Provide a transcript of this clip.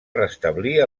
restablir